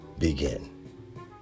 begin